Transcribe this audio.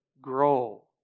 grow